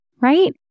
right